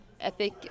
epic